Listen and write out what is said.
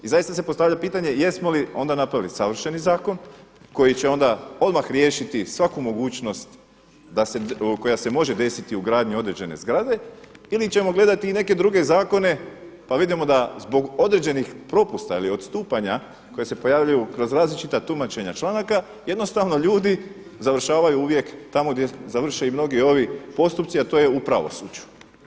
I zaista se postavlja pitanje jesmo li onda napravili savršeni zakon koji će onda odmah riješiti svaku mogućnost koja se može desiti u gradnji određene zgrade ili ćemo gledati neke druge zakone pa vidimo da zbog određenih propusta ili odstupanja koje se pojavljuju kroz različita tumačenja članaka jednostavno ljudi završavaju uvijek tamo gdje završe i mnogi ovi postupci, a to je u pravosuđu.